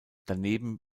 daneben